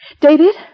David